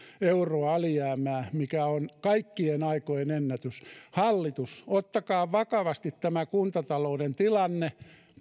euroa alijäämää mikä on kaikkien aikojen ennätys hallitus ottakaa vakavasti tämä kuntatalouden tilanne